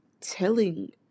telling